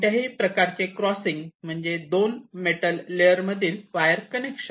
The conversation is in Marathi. कोणत्याही प्रकारचे क्रॉसिंग म्हणजे 2 मेटल लेअर मधील वायर कनेक्शन